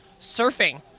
surfing